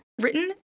written